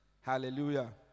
Hallelujah